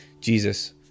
Jesus